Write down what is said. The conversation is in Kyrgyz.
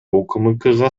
укмкга